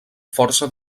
força